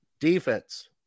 defense